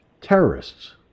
terrorists